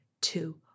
two